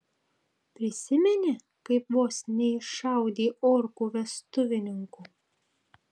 prisimeni kaip vos neiššaudei orkų vestuvininkų